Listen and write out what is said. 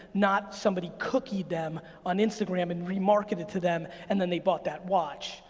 not somebody cookied them on instagram and remarketed to them, and then they bought that watch,